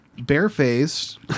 barefaced